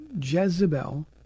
Jezebel